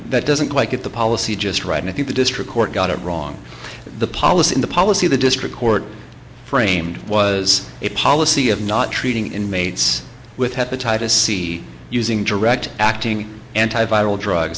that doesn't quite get the policy just right if you the district court got it wrong the policy in the policy the district court framed was a policy of not treating inmates with hepatitis c using direct acting anti